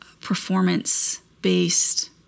performance-based